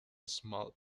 small